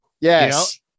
yes